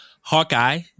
Hawkeye